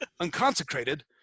unconsecrated